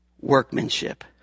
workmanship